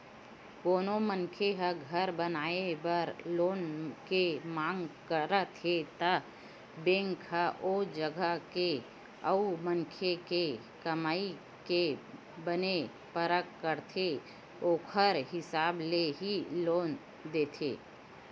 कोनो मनखे ह घर बनाए बर लोन के मांग करत हे त बेंक ह ओ जगा के अउ मनखे के कमई के बने परख करथे ओखर हिसाब ले ही लोन देथे